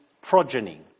progeny